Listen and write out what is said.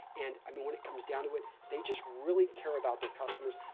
and i mean, when it comes down to it, they just really care about their customers.